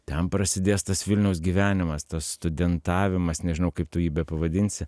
ten prasidės tas vilniaus gyvenimas tas studentavimas nežinau kaip tu jį bepavadinsi